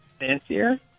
fancier